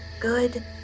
good